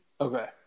Okay